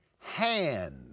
hand